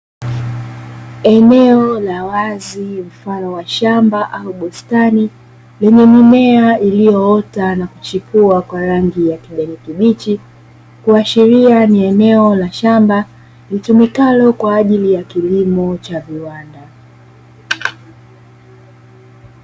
Eneo la wazi mfano wa shamba au bustani, yenye mimea iliyoota na kuchipua kwa rangi ya kijani kibichi, kuashiria ni eneo la shamba litumikalo kwa ajili ya kilimo cha viwanda.